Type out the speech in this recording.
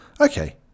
Okay